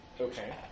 Okay